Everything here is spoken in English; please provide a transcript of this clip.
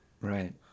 Right